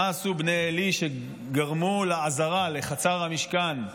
מה עשו בני עלי שגרמו לעזרה, לחצר המשכן,